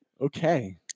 Okay